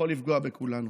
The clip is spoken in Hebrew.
יכול לפגוע בכולנו.